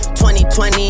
2020